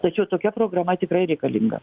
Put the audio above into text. tačiau tokia programa tikrai reikalinga